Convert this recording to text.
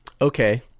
Okay